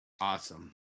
Awesome